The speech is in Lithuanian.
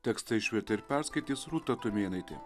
tekstą išvertė ir perskaitys rūta tumėnaitė